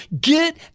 get